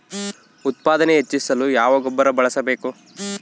ಉತ್ಪಾದನೆ ಹೆಚ್ಚಿಸಲು ಯಾವ ಗೊಬ್ಬರ ಬಳಸಬೇಕು?